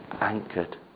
anchored